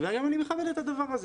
ואני מכבד את הדבר הזה.